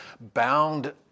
bound